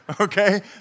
okay